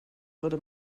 würde